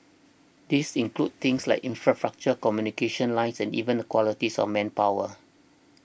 these include things like infrastructure communication lines and even the qualities of manpower